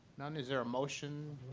um is there a motion?